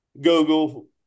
Google